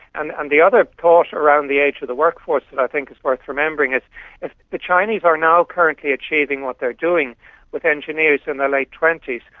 and um the other thought around the age of the workforce that i think is worth remembering is if the chinese are now currently achieving what they're doing with engineers in their late twenty s,